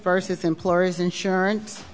versus employees insurance